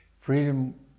freedom